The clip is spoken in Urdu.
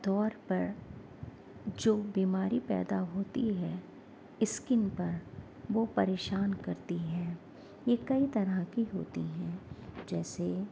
طور پر جو بیماری پیدا ہوتی ہے اسکن پر وہ پریشان کرتی ہے یہ کئی طرح کی ہوتی ہیں جیسے